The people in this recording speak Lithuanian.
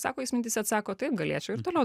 sako jis mintyse atsako taip galėčiau ir toliau